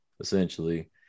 essentially